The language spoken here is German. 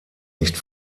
nicht